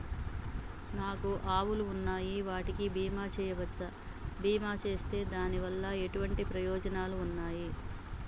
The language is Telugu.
నాకు ఆవులు ఉన్నాయి వాటికి బీమా చెయ్యవచ్చా? బీమా చేస్తే దాని వల్ల ఎటువంటి ప్రయోజనాలు ఉన్నాయి?